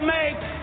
make